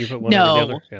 No